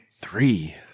Three